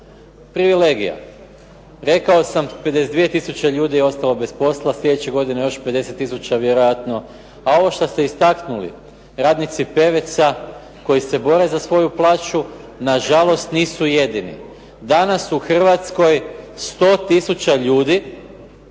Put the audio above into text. privilegija. Rekao sam 52 tisuće ljudi je ostalo bez posla, sljedeće godine još 50 tisuća vjerojatno. A ovo što ste istaknuli, radnici "Peveca" koji se bore za svoju plaću nažalost nisu jedini. Danas u Hrvatskoj 100 tisuća ljudi